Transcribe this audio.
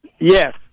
Yes